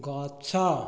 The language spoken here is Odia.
ଗଛ